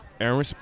Aaron